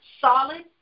solid